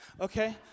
okay